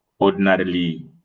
ordinarily